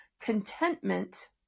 contentment